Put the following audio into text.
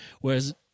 whereas